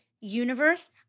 universe